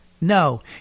No